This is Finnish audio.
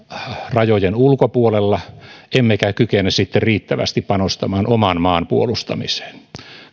rajojen ulkopuolella emmekä kykene riittävästi panostamaan oman maan puolustamiseen